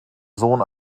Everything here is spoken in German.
sohn